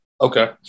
Okay